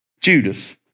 Judas